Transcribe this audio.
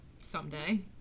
someday